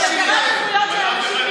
זכויות מגיעות גם מעבר לקו,